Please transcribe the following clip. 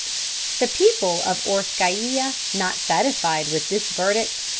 the people of orskaia, not satisfied with this verdict,